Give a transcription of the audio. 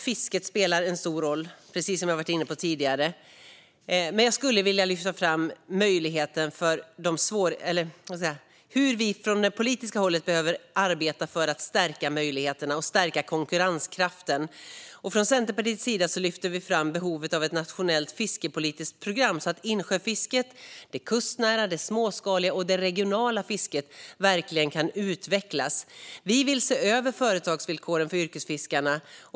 Fisket spelar en stor roll, precis som jag har varit inne på tidigare. Jag skulle vilja lyfta fram hur vi från det politiska hållet behöver arbeta för att stärka möjligheterna och stärka konkurrenskraften. Från Centerpartiets sida lyfter vi fram behovet av ett nationellt fiskepolitiskt program så att insjöfisket, det kustnära fisket, det småskaliga fisket och det regionala fisket verkligen kan utvecklas. Vi vill se över företagsvillkoren för yrkesfiskarna.